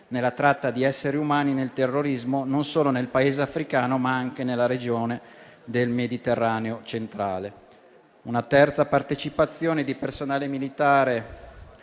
nella tratta di esseri umani e nel terrorismo, non solo nel Paese africano, ma anche nella regione del Mediterraneo centrale. Una terza partecipazione di personale militare